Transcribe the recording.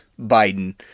Biden